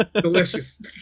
delicious